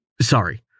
Sorry